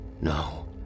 No